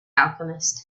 alchemist